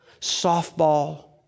softball